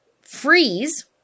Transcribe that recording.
freeze